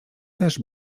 też